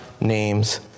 name's